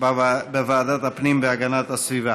בוועדת הפנים והגנת הסביבה.